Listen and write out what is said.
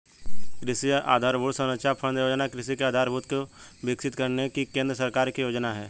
कृषि आधरभूत संरचना फण्ड योजना कृषि के आधारभूत को विकसित करने की केंद्र सरकार की योजना है